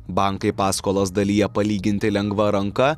bankai paskolas dalija palyginti lengva ranka